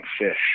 Fish